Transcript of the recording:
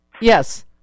Yes